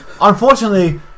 Unfortunately